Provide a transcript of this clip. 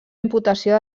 imputació